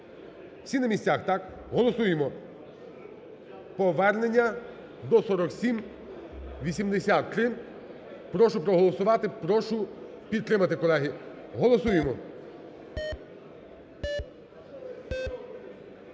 Всі на місцях, так? Голосуємо повернення до 4783. Прошу проголосувати. Прошу підтримати, колеги. Голосуємо.